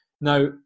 Now